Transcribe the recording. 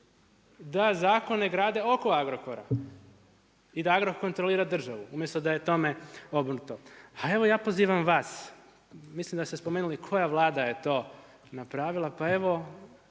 da zakone grade oko Agrokora i da Agrokor kontrolira državu umjesto da je tome obrnuto. A evo, ja pozivam vas, mislim da ste spomenuli koja Vlada je to napravila, pa evo